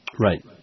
Right